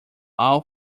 all